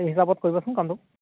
সেই হিচাপত কৰিবাচোন কামটো